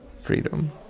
freedom